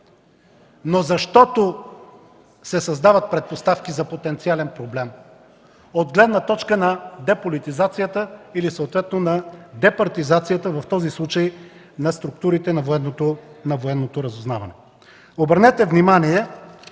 но защото се създават предпоставки за потенциален проблем от гледна точка на деполитизацията или съответно департизацията в този случай на структурите на военното разузнаване. Обърнете внимание,